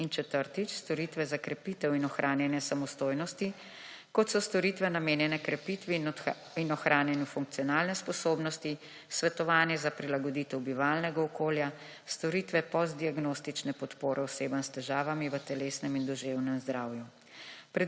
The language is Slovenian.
četrtič, storitve za krepitev in ohranjanje samostojnosti kot so storitve namenjene krepitvi in ohranjanju funkcionalne sposobnosti, svetovanje za prilagoditev bivalnega okolja, storitve posdiagnostitčne podpore osebam s težavami v telesnem in duševnem zdravju.